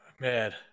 Mad